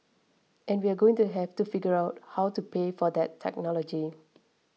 and we're going to have to figure out how to pay for that technology